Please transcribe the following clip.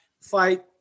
fight